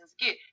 get